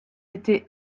été